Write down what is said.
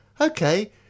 okay